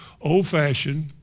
old-fashioned